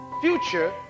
future